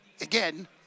again